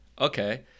Okay